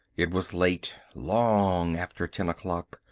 it was late, long after ten o'clock.